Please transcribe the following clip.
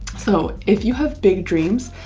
so if you have big dreams,